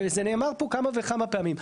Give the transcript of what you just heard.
וזה נאמר פה כמה וכמה פעמים.